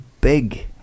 big